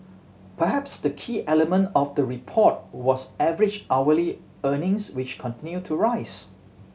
perhaps the key element of the report was average hourly earnings which continued to rise